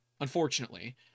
Unfortunately